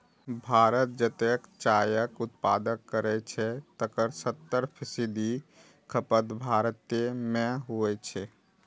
भारत जतेक चायक उत्पादन करै छै, तकर सत्तर फीसदी खपत भारते मे होइ छै